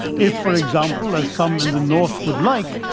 if, for example, as some in the north would like,